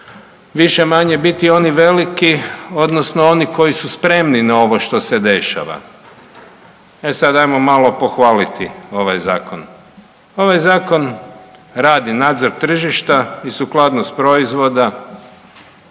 više-manje biti oni veliki, odnosno oni koji su spremni na ovo što se dešava. E sad, ajmo malo pohvaliti ovaj Zakon. Ovaj Zakon radi nadzor tržišta i sukladnost proizvoda,